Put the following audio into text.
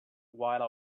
while